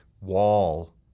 wall